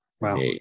wow